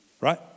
Right